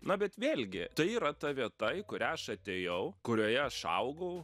na bet vėlgi tai yra ta vieta į kurią aš atėjau kurioje aš augau